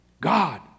God